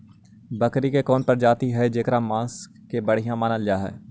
बकरी के कौन प्रजाति हई जेकर मांस के बढ़िया मानल जा हई?